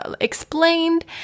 explained